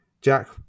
Jack